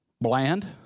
bland